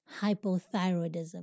hypothyroidism